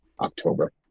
October